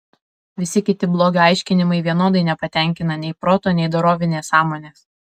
visi kiti blogio aiškinimai vienodai nepatenkina nei proto nei dorovinės sąmonės